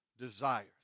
desires